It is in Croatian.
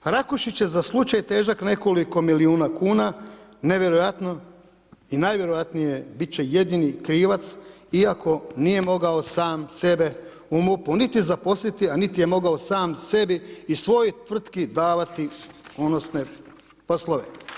Rakušić je za slučaj težak nekoliko milijuna kuna, nevjerojatno i najvjerojatnije biti će jedini krivac iako nije mogao sam sebe u MUP-u niti zaposliti, a niti je mogao sam sebi i svojoj tvrtki davati unosne poslove.